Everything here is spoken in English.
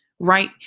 right